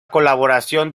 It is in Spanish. colaboración